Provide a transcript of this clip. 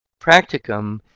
practicum